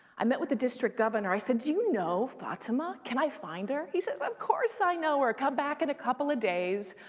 i met with the district governor. i said, do you know fatima? can i find her? he says, of course i know her. come back in a couple of days,